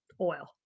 oil